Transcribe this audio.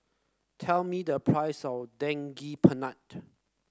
tell me the price of Daging Penyet